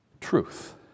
Truth